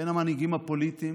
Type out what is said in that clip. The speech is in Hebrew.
בין המנהיגים הפוליטיים